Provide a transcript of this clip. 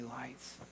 lights